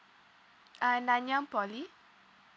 uh nanyang poly